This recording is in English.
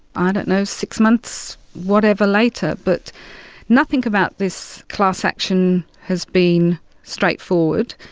ah don't know, six months, whatever, later. but nothing about this class action has been straightforward.